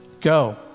Go